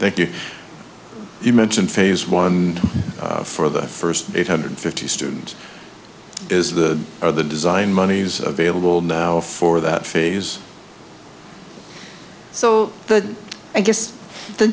thank you you mentioned phase one for the first eight hundred fifty students is the are the design monies available now for that phase so the i guess the